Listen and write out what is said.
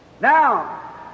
Now